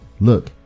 Look